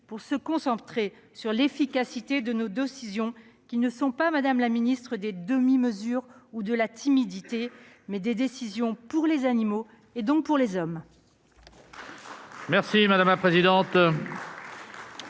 nous concentrer sur l'efficacité de nos décisions, qui ne sont pas, madame, monsieur les ministres, des demi-mesures ou de la timidité, mais des décisions pour les animaux, donc pour les hommes.